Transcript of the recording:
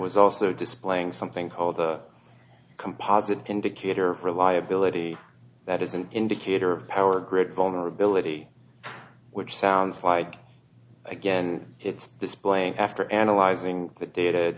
was also displaying something called the composite indicator for reliability that is an indicator of power grid vulnerability which sounds like again it's displaying after analyzing the data